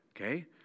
okay